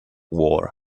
war